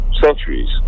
centuries